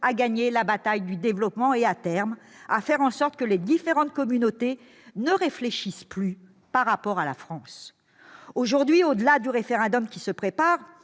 à gagner la bataille du développement et, à terme, à faire en sorte que les différentes communautés ne réfléchissent plus par rapport à la France. Aujourd'hui, au-delà du référendum qui se prépare-